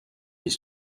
des